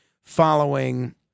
following